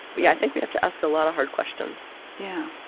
but yeah, i think we have to ask a lot of hard questions yeah.